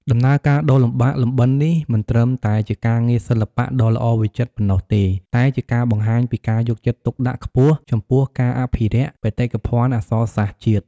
ដំណើរការដ៏លំបាកលំបិននេះមិនត្រឹមតែជាការងារសិល្បៈដ៏ល្អវិចិត្រប៉ុណ្ណោះទេ តែជាការបង្ហាញពីការយកចិត្តទុកដាក់ខ្ពស់ចំពោះការអភិរក្សបេតិកភណ្ឌអក្សរសាស្ត្រជាតិ។